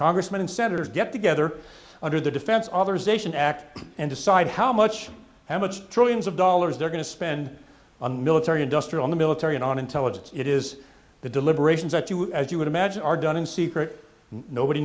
congressmen and senators get together under the defense authorization act and decide how much how much trillions of dollars they're going to spend on military industrial military and on intelligence it is the deliberations that you as you would imagine are done in secret nobody